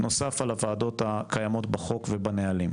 נוסף על הוועדות הקיימות בחוק ובנהלים,